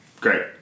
Great